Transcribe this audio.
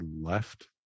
left